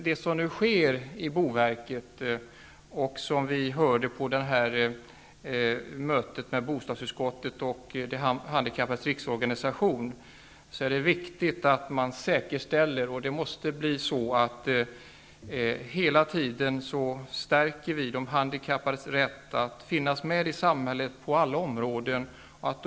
Det som nu sker i Boverket och som vi hörde på mötet mellan bostadsutskottet och de handikappades riksorganisation visar att det är viktigt att man säkerställer de handikappades rätt att finnas med på alla områden i samhället.